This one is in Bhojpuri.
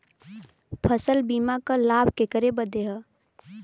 फसल बीमा क लाभ केकरे बदे ह?